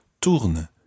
tourne